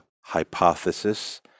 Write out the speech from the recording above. hypothesis